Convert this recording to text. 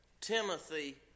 Timothy